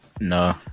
no